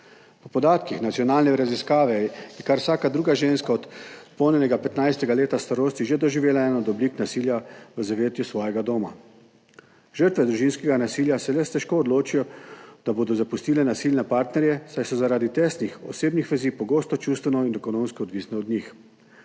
Po podatkih nacionalne raziskave je kar vsaka druga ženska od dopolnjenega 15. leta starosti že doživela eno od oblik nasilja v zavetju svojega doma. Žrtve družinskega nasilja se le težko odločijo, da bodo zapustile nasilne partnerje, saj so zaradi tesnih osebnih vezi pogosto čustveno in ekonomsko odvisne od njih.